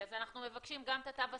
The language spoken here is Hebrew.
אז אנחנו מבקשים גם את התו הסגול,